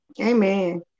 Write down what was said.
Amen